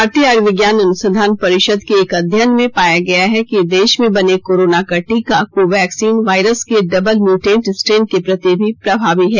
भारतीय आयुर्विज्ञान अनुसंधान परिषद के एक अध्ययन में पाया गया है कि देश में बने कोरोना का टीका कोवैक्सीन वायरस के डबल म्यूटेंट स्ट्रेन के प्रति भी प्रभावी है